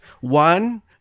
One